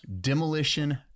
Demolition